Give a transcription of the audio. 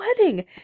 wedding